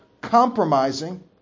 compromising